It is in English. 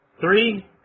Three